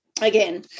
again